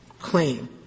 claim